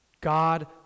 God